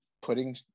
putting